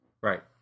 Right